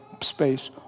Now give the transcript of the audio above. space